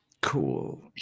Cool